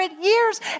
years